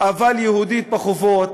אבל יהודית בחובות?